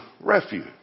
refuge